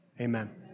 Amen